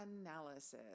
analysis